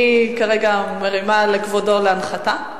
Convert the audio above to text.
אני כרגע מרימה לכבודו להנחתה,